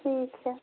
ठीक है